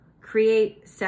Create